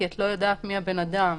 כי את לא יודעת מי הבן אדם.